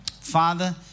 Father